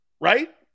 Right